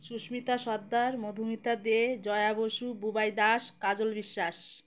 Susmita Sardar Madhumita De Jaya Basu Bubai Das Kajal Biswas